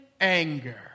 anger